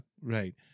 Right